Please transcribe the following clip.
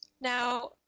Now